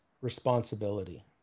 responsibility